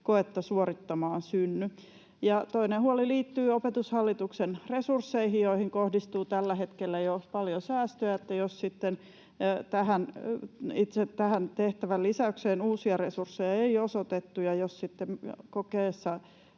koetta suorittamaan synny. Toinen huoli liittyi Opetushallituksen resursseihin, joihin kohdistuu tällä hetkellä jo paljon säästöjä, ja itse tähän tehtävien lisäykseen uusia resursseja ei osoitettu. Jos sitten